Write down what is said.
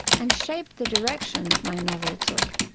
and shaped the direction that my novel took.